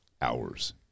hours